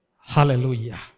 Hallelujah